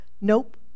Nope